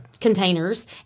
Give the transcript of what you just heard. containers